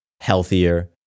healthier